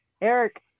Eric